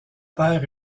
père